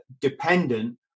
dependent